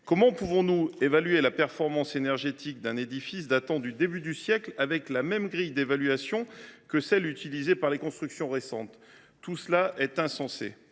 Comment pouvons nous, en effet, évaluer la performance énergétique d’un édifice datant du début du siècle dernier avec la même grille d’évaluation que celle qui est utilisée pour des constructions récentes ? Tout cela est insensé.